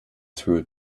through